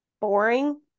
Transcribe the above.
boring